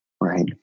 right